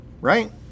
right